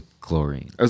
chlorine